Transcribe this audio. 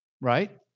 Right